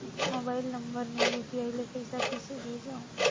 Mobile number मे UPI ले पइसा कइसे भेजवं?